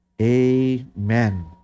amen